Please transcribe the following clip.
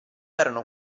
erano